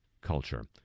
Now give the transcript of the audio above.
culture